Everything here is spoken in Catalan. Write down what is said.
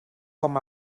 com